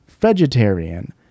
vegetarian